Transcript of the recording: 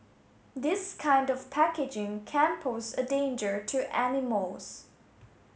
this kind of packaging can pose a danger to animals